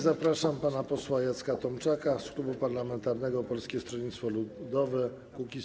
Zapraszam pana posła Jacka Tomczaka z klubu parlamentarnego Polskiego Stronnictwa Ludowego - Kukiz15.